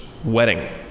wedding